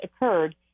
occurred